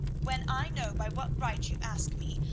when i know by what right you ask me,